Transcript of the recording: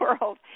world